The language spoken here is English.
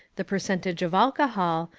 the percentage of alcohol,